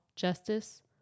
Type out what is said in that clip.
Justice